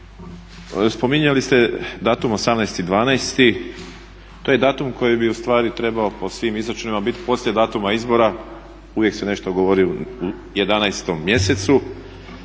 spominjali ste datum 18.12. to je datum koji bi ustvari trebao po svim izračunima biti poslije datuma izbora, uvijek se nešto govori u 11. mjesecu